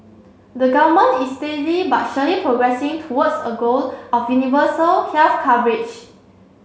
the government is steadily but surely progressing towards a goal of universal health coverage